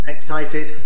Excited